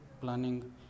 planning